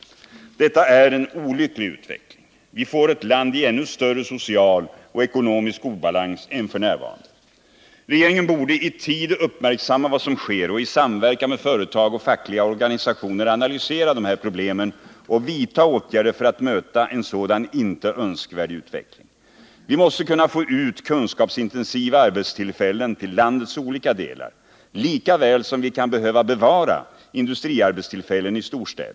Detta är en olycklig utveckling. Vi får ett land i ännu större social och ekonomisk obalans än f. n. Regeringen borde i tid uppmärksamma vad som sker och i samverkan med företag och fackliga organisationer analysera problemen och vidta åtgärder för att möta en sådan inte önskvärd utveckling. Vi måste få ut kunskapsintensiva arbetstillfällen till landets olika delar lika väl som vi kan behöva bevara industriarbetstillfällen i storstäderna.